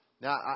Now